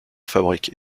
fabrique